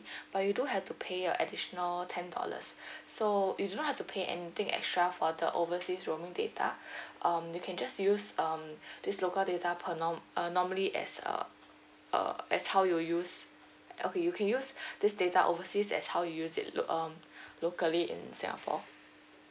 but you do have to pay a additional ten dollars so you do not have to pay anything extra for the overseas roaming data um you can just use um this local data per norm uh normally as uh uh as how you use okay you can use this data overseas as how you use it lo~ um locally in singapore